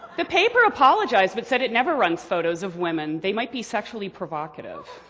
the paper apologized, but said it never runs photos of women they might be sexually provocative.